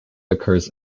occurs